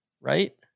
right